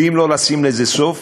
ואם לא לשים לזה סוף,